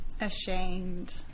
ashamed